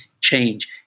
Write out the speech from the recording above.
change